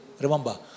Remember